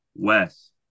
Wes